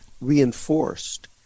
reinforced